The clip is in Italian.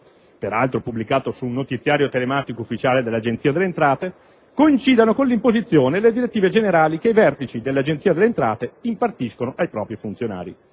peraltro pubblicato su un notiziario telematico ufficiale dell'Agenzia delle entrate, coincidano con l'impostazione e le direttive generali che i vertici dell'Agenzia delle entrate impartiscono ai propri funzionari.